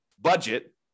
budget